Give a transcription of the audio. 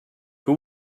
who